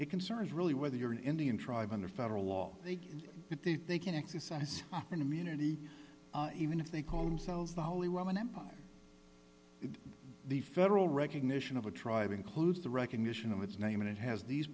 it concerns really whether you're an indian tribe under federal law if the they can exercise an immunity even if they call themselves the holy roman empire the federal recognition of a tribe includes the recognition of its name and it has these